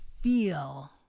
feel